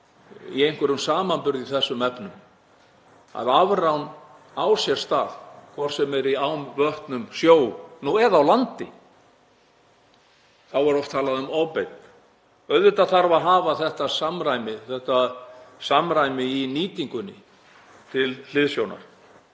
í einhverjum samanburði í þessum efnum að afrán á sér stað, hvort sem er í ám, vötnum, sjó, nú eða á landi en þá er oft talað um ofbeit. Auðvitað þarf að hafa þetta samræmi í nýtingunni til hliðsjónar.